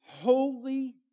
Holy